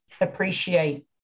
appreciate